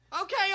Okay